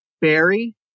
Barry